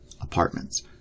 apartments